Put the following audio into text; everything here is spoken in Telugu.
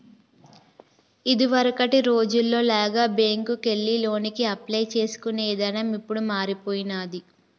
ఇదివరకటి రోజుల్లో లాగా బ్యేంకుకెళ్లి లోనుకి అప్లై చేసుకునే ఇదానం ఇప్పుడు మారిపొయ్యినాది